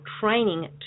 training